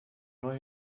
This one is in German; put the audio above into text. neu